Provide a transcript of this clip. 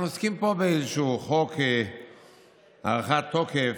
אנחנו עוסקים פה באיזשהו חוק הארכת תוקף,